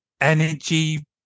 energy